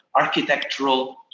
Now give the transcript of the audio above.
architectural